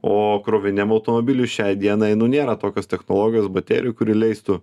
o krovininiam automobiliui šiai dienai nėra tokios technologijos baterijų kuri leistų